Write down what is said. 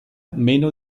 meno